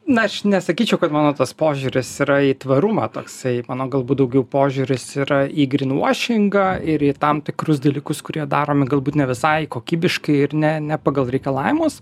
na aš nesakyčiau kad mano tas požiūris yra į tvarumą toksai mano galbūt daugiau požiūris yra į grin vuošingą ir į tam tikrus dalykus kurie daromi galbūt ne visai kokybiškai ir ne ne pagal reikalavimus